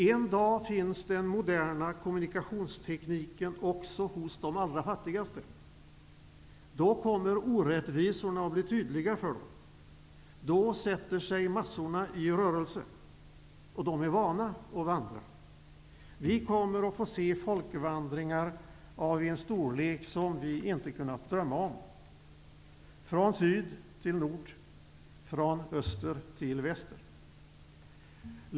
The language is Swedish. En dag finns den moderna kommunikationstekniken också för de allra fattigaste. Orättvisorna kommer att bli tydliga för dem. Då sätter sig massorna i rörelse. De är vana att vandra. Vi kommer att få se folkvandringar av en storlek vi inte kunnat drömma om. Från syd till nord, från öster till väster.